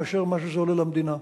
מאשר מה שזה עולה למדינה.